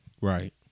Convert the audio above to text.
Right